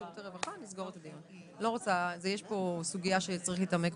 שירות או סיוע שחידדנו בחוק עבור אנשים שונים,